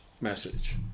message